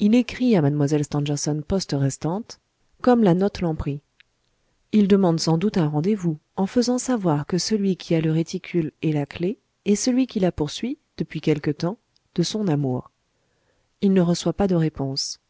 il écrit à mlle stangerson poste restante comme la note l'en prie il demande sans doute un rendez-vous en faisant savoir que celui qui a le réticule et la clef est celui qui la poursuit depuis quelque temps de son amour il ne reçoit pas de réponse